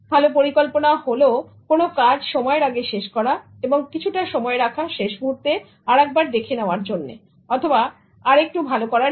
ভালো পরিকল্পনা হলেও কোন কাজ সময়ের আগে শেষ করা এবং কিছুটা সময় রাখা শেষ মুহূর্তে আরেকবার দেখে দেওয়ার জন্য অথবা আরেকটু ভালো করার জন্য